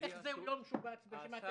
איך הוא לא משובץ בימין?